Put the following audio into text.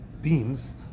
beams